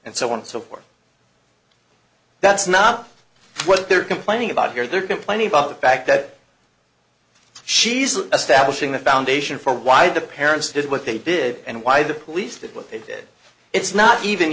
and so on and so forth that's not what they're complaining about here they're complaining about the fact that she's a status thing the foundation for why the parents did what they did and why the police did what they did it's not even